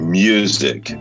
music